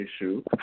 issue